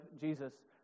Jesus